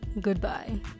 goodbye